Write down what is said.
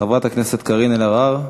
חברת הכנסת קארין אלהרר,